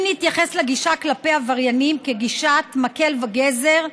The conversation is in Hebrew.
אם נתייחס לגישה כלפי עבריינים כגישת מקל וגזר,